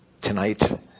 Tonight